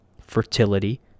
fertility